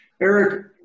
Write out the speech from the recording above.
Eric